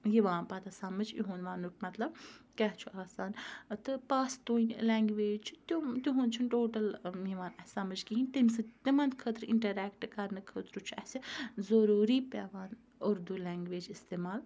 یِوان پَتہٕ سَمٕجھ یِہُنٛد وَننُک مطلب کیٛاہ چھُ آسان تہٕ پستوٗنۍ لینٛگویج چھِ تِم تِہُنٛد چھُنہٕ ٹوٹل یِوان اَسہِ سَمٕجھ کِہیٖنۍ تمہِ سۭتۍ تِمَن خٲطرٕ اِنٹَریکٹ کَرنہٕ خٲطرٕ چھُ اَسہِ ضٔروٗری پیٚوان اُردوٗ لینٛگویج استعمال